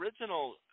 original